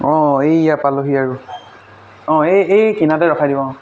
অঁ এইয়া পালোঁহি আৰু অঁ এই এই কিনাৰতে ৰখাই দিব অঁ